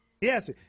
Yes